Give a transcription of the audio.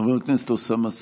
חבר הכנסת אוסאמה סעדי,